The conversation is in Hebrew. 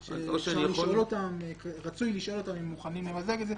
רצוי לשאול אותם אם הם מוכנים למזג את זה.